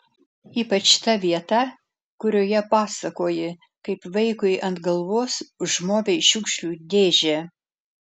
ypač ta vieta kurioje pasakoji kaip vaikui ant galvos užmovei šiukšlių dėžę